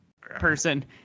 person